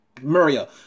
Maria